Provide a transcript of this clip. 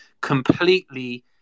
completely